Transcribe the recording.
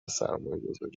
سرمایهگذاری